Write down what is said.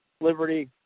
liberty